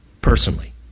personally